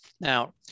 Now